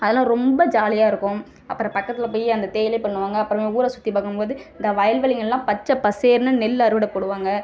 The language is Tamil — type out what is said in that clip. அதெலாம் ரொம்ப ஜாலியாக இருக்கும் அப்புறம் பக்கத்தில் போய் அந்த தேயிலை பண்ணுவாங்க அப்பறமாக ஊரை சுற்றி பார்க்கும் போது இந்த வயல் வெளிங்கலாம் பச்சை பசேல்ன்னு நெல் அறுவடை போடுவாங்க